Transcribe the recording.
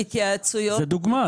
זו דוגמה.